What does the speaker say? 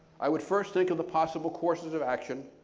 i would first think of the possible courses of action,